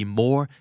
more